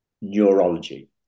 neurology